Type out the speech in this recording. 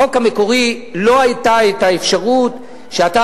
בחוק המקורי לא היתה האפשרות שאתה,